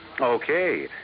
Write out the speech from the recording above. Okay